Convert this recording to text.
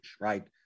right